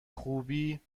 خوبی